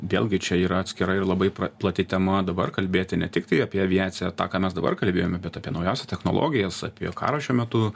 vėlgi čia yra atskira ir labai plati tema dabar kalbėti ne tiktai apie aviaciją tą ką mes dabar kalbėjome bet apie naujausias technologijas apie karą šiuo metu